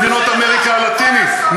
מדינות אמריקה הלטינית,